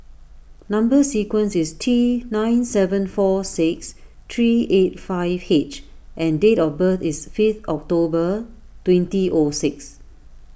Number Sequence is T nine seven four six three eight five H and date of birth is fifth October twenty O six